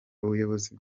ubuyobozi